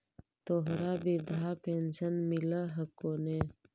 तोहरा वृद्धा पेंशन मिलहको ने?